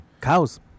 Cows